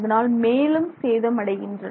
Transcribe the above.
அதனால் மேலும் சேதம் ஆகின்றன